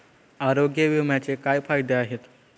आरोग्य विम्याचे काय फायदे आहेत?